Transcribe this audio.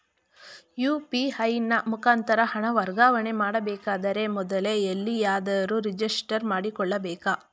UPI ನ ಮುಖಾಂತರ ಹಣ ವರ್ಗಾವಣೆ ಮಾಡಬೇಕಾದರೆ ಮೊದಲೇ ಎಲ್ಲಿಯಾದರೂ ರಿಜಿಸ್ಟರ್ ಮಾಡಿಕೊಳ್ಳಬೇಕಾ?